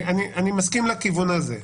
אני מסכים לכיוון הזה,